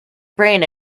brain